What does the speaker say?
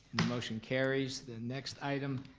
motion carries. the next item